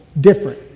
different